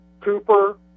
Cooper